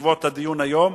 בעקבות הדיון היום,